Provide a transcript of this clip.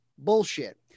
Bullshit